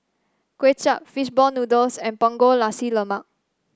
Kuay Chap fish ball noodles and Punggol Nasi Lemak